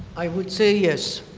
i would say yes.